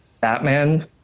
Batman